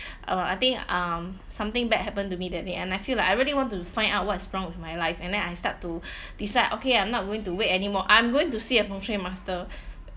uh I think um something bad happened to me that day and I feel like I really want to find out what's wrong with my life and then I start to decide okay I'm not going to wait anymore I'm going to see a feng shui master